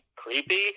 creepy